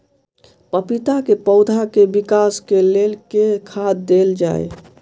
पपीता केँ पौधा केँ विकास केँ लेल केँ खाद देल जाए?